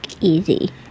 easy